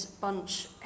bunch